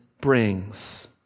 brings